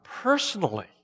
personally